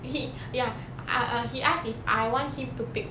he ya ah he asked if I want him to pick